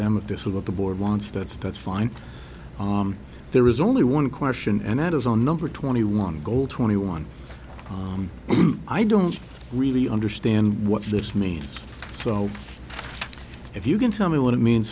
them of this of of the board wants that's that's fine there is only one question and that is on number twenty one goal twenty one i don't really understand what this means so if you can tell me what it means